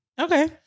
Okay